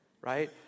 right